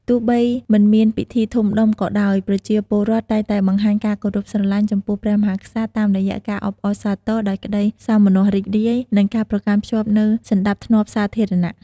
ទោះបីមិនមានពិធីធំដុំក៏ដោយ ប្រជាពលរដ្ឋតែងតែបង្ហាញការគោរពស្រឡាញ់ចំពោះព្រះមហាក្សត្រតាមរយៈការអបអរសាទរដោយក្តីសោមនស្សរីករាយ និងការប្រកាន់ខ្ជាប់នូវសណ្តាប់ធ្នាប់សាធារណៈ។